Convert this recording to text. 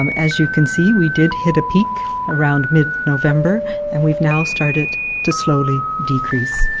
um as you can see, we did hit a peak around mid-november and we've now started to slowly decrease.